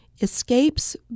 escapes